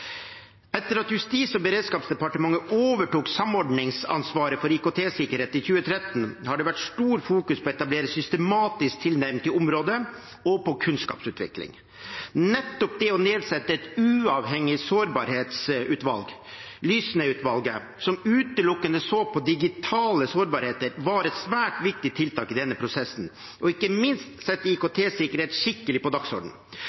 Etter at Justis- og beredskapsdepartementet overtok samordningsansvaret for IKT-sikkerhet i 2013, har det vært fokusert mye på å etablere systematisk tilnærming til området og på kunnskapsutvikling. Nettopp det å nedsette et uavhengig sårbarhetsutvalg, Lysne-utvalget, som utelukkende så på digitale sårbarheter, var et svært viktig tiltak i denne prosessen, og ikke minst satte det IKT-sikkerhet skikkelig på dagsordenen.